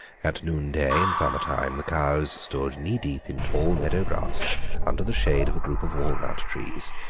at noonday in summertime the cows stood knee deep in tall meadow-grass under the shade of a group of walnut trees,